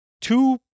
two